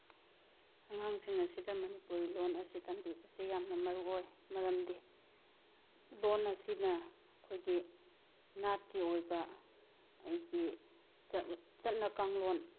ꯑꯉꯥꯡꯁꯤꯡ ꯑꯁꯤꯗ ꯃꯅꯤꯄꯨꯔꯤ ꯂꯣꯜ ꯑꯁꯤ ꯇꯝꯕꯤꯕꯁꯤ ꯌꯥꯝꯅ ꯃꯔꯨ ꯑꯣꯏ ꯃꯔꯝꯗꯤ ꯂꯣꯜ ꯑꯁꯤꯅ ꯑꯩꯈꯣꯏꯒꯤ ꯅꯥꯠꯀꯤ ꯑꯣꯏꯕ ꯑꯩꯒꯤ ꯆꯠꯅ ꯀꯥꯡꯂꯣꯟ